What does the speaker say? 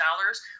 dollars